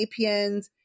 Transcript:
APNs